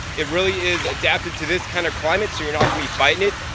it really is adapted to this kind of climate so you're not gonna be fighting it.